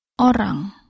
Orang